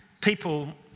people